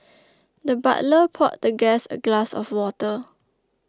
the butler poured the guest a glass of water